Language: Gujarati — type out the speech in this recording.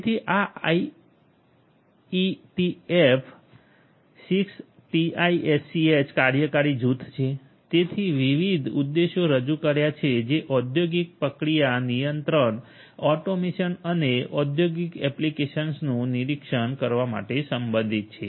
તેથી આ આઈઇટીએફ 6ટીઆઈએસસીએચ કાર્યકારી જૂથ છે જેણે વિવિધ ઉદ્દેશો રજૂ કર્યા છે જે ઔદ્યોગિક પ્રક્રિયા નિયંત્રણ ઓટોમેશન અને ઔદ્યોગિક એપ્લિકેશન્સનું નિરીક્ષણ કરવા માટે સંબંધિત છે